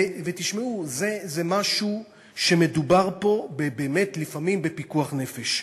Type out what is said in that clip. תשמעו, זה משהו שמדובר פה באמת לפעמים בפיקוח נפש.